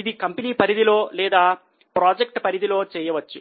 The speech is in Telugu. ఇది కంపెనీ పరిధిలో లేదా ప్రాజెక్టు పరిధిలో చేయవచ్చు